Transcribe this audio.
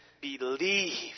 believe